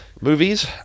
Movies